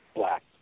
black